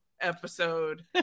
episode